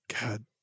God